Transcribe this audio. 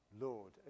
Lord